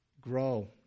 Grow